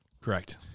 correct